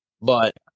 But-